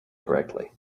correctly